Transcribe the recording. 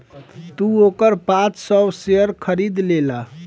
तू ओकर पाँच सौ शेयर खरीद लेला